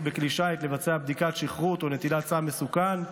בכלי שיט לבצע בדיקת שכרות או נטילת סם מסוכן,